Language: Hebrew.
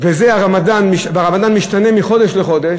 והרמדאן משתנה מחודש לחודש.